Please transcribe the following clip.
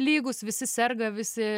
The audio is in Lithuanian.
lygūs visi serga visi